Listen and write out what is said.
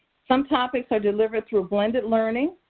some topics are delivered through blended learning,